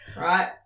Right